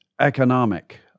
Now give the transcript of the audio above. economic